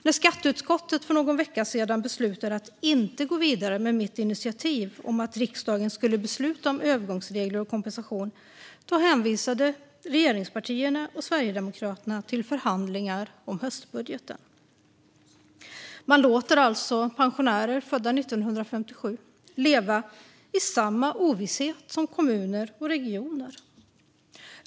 När skatteutskottet för någon vecka sedan beslutade att inte gå vidare med mitt initiativ att riksdagen skulle besluta om övergångsregler och kompensation hänvisade regeringspartierna och Sverigedemokraterna till förhandlingar om höstbudgeten. Man låter alltså pensionärer födda 1957 leva i samma ovisshet som kommuner och regioner.